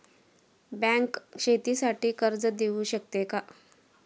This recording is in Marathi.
बँक शेतीसाठी कर्ज देऊ शकते का?